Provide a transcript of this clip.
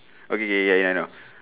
okay K K I I know